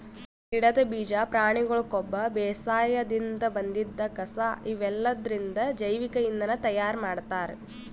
ಗಿಡದ್ ಬೀಜಾ ಪ್ರಾಣಿಗೊಳ್ ಕೊಬ್ಬ ಬೇಸಾಯದಿನ್ದ್ ಬಂದಿದ್ ಕಸಾ ಇವೆಲ್ಲದ್ರಿಂದ್ ಜೈವಿಕ್ ಇಂಧನ್ ತಯಾರ್ ಮಾಡ್ತಾರ್